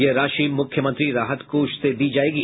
यह राशि मुख्यमंत्री राहत कोष से दी जाएगी